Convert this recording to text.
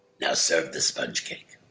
now, serve the sponge cake.